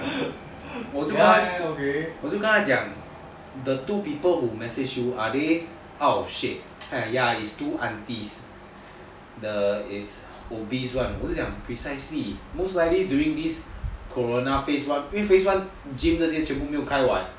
我就跟他讲 the two people who messaged you are they out of shape kind then she say ya is two aunties is obese one then 我就讲 ya precisely most likely during this corona phase one 因为 phase one gym 这些全部没有开 [what]